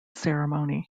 ceremony